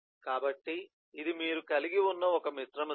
కాబట్టి ఇది మీరు కలిగి ఉన్న ఒక మిశ్రమ స్థితి